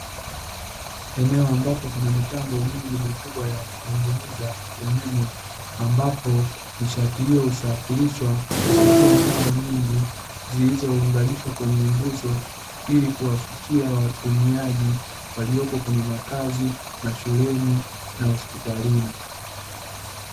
Eneo ambapo kuna mitambo mingi mikubwa ya kutengeneza umeme, ambapo nishati hiyo husafirishwa kupitia nyaya nyingi zilizounganishwa kwenye nguzo, ili kuwafikia watumiaji waliopo kwenye: makazi, mashuleni na hospitalini.